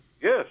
Yes